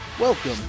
Welcome